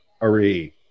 Ari